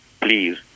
Please